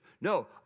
No